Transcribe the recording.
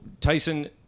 Tyson